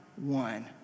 one